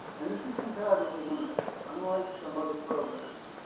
and this is comparatively limited unlike some other programs,